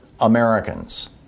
Americans